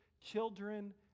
children